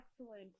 excellent